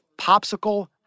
popsicle